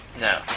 No